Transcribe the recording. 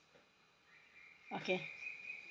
okay